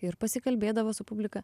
ir pasikalbėdavo su publika